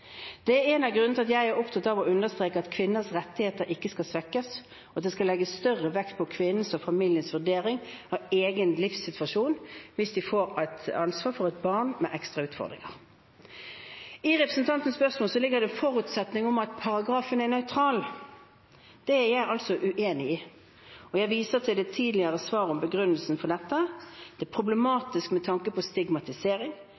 er en av grunnene til at jeg er opptatt av å understreke at kvinners rettigheter ikke skal svekkes, og at det skal legges større vekt på kvinnens og familiens vurdering av egen livssituasjon hvis de får ansvar for et barn med ekstra utfordringer. I representantens spørsmål ligger det en forutsetning om at paragrafen er nøytral. Det er jeg uenig i, og jeg viser til mitt tidligere svar om begrunnelsen for dette. Det